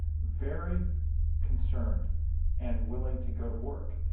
very concerned and willing to go to work.